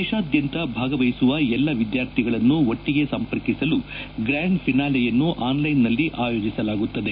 ದೇಶಾದ್ಯಂತ ಭಾಗವಹಿಸುವ ಎಲ್ಲಾ ಅಭ್ಯರ್ಥಿಗಳನ್ನು ಒಟ್ಟಿಗೆ ಸಂಪರ್ಕಿಸಲು ಗ್ರ್ಯಾಂಡ್ ಫಿನಾಲೆಯನ್ನು ಆನ್ಲೈನ್ನಲ್ಲಿ ಆಯೋಜಿಸಲಾಗುತ್ತದೆ